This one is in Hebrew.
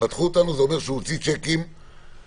פתחו זה אומר שהוא הוציא שיקים לספקים,